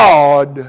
God